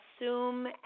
assume